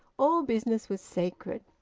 all business was sacred.